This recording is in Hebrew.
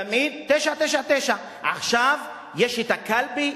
תמיד 99.9. עכשיו יש הקלפי,